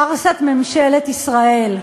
פארסת ממשלת ישראל.